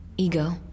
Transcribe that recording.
Ego